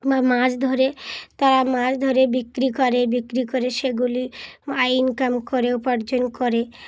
বা মাছ ধরে তারা মাছ ধরে বিক্রি করে বিক্রি করে সেগুলি আই ইনকাম করে উপার্জন করে